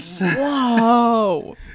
Whoa